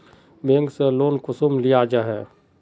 Bank से loan कुंसम लिया जाहा?